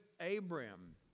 Abraham